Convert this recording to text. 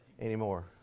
anymore